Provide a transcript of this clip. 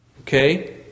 Okay